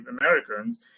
Americans